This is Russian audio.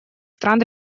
стран